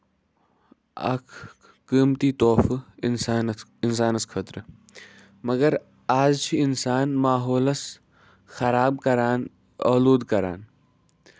اکھ قۭمتی طوفہٕ اِنسانَس اِنسانَس خٲطرٕ مَگر آز چھُ اِنسان ماحولَس خراب کران ٲلودٕ کران